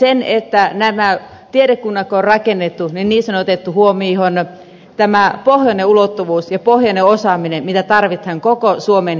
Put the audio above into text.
kun nämä tiedekunnat on rakennettu niissä on otettu huomioon tämä pohjoinen ulottuvuus ja pohjoinen osaaminen mitä tarvitaan koko suomen kehittämisessä